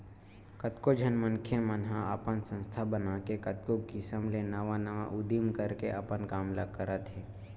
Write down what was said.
कतको झन मनखे मन ह अपन संस्था बनाके कतको किसम ले नवा नवा उदीम करके अपन काम ल करत हे